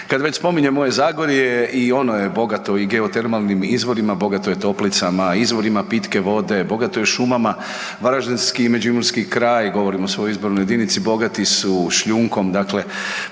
Kad već spominjem moje Zagorje i ono je bogato i geotermalnim izvorima, bogato je toplicama, izvorima pitke vode, bogato je šumama. Varaždinski i Međimurski kraj, govorim o svojoj izbornoj jedinici bogati su šljunkom, dakle